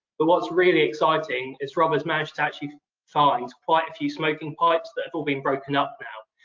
but what's really exciting is rob has managed to actually find quite a few smoking pipes that have all been broken up now.